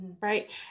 right